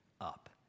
up